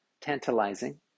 tantalizing